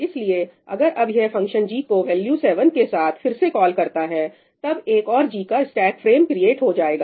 इसलिए अगर अब यह फंक्शन g को वैल्यू 7 के साथ फिर से कॉल करता है तब एक और g का स्टेक फ्रेम क्रिएट हो जाएगा